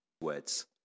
Words